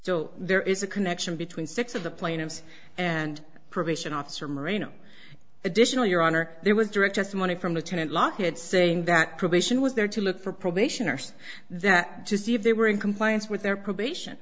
so there is a connection between six of the plaintiffs and probation officer marina additional your honor there was direct testimony from lieutenant lockett saying that probation was there to look for probationers that to see if they were in compliance with their probation